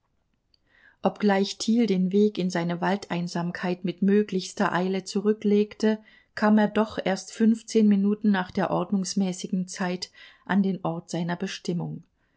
obgleich thiel den weg in seine waldeinsamkeit mit möglichster eile zurücklegte kam er doch erst fünfzehn minuten nach der ordnungsmäßigen zeit an den ort seiner bestimmung